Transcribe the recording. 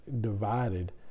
divided